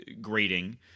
grading